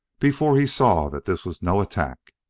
before he saw that this was no attack.